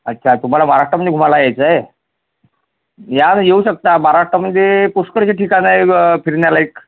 अच्छा तुम्हाला महाराष्ट्रामध्ये घुमायला यायचं आहे या ना येऊ शकता महाराष्ट्रामध्ये पुष्कळचे ठिकाण आहे फिरण्यालायक